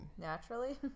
Naturally